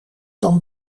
dan